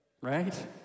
right